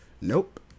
Nope